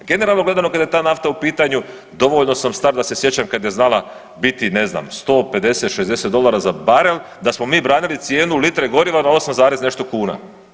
Generalno gledano kada je ta nafta u pitanju dovoljno sam star da se sjećam kad je znala biti ne znam 150-60 dolara za barel da smo mi vratili cijenu litre goriva na 8 zarez i nešto kuna.